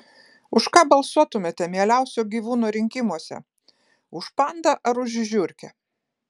už ką balsuotumėte mieliausio gyvūno rinkimuose už pandą ar už žiurkę